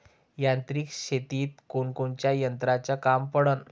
यांत्रिक शेतीत कोनकोनच्या यंत्राचं काम पडन?